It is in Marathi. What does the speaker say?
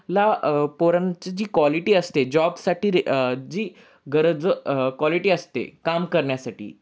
ला पोरांची जी क्वालिटी असते जॉबसाठी जी गरज क्वालिटी असते काम करण्यासाठी